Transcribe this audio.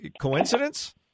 Coincidence